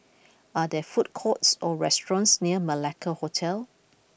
are there food courts or restaurants near Malacca Hotel